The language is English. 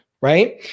right